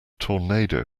tornado